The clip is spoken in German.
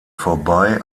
vorbei